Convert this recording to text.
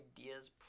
ideas